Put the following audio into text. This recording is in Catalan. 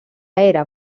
era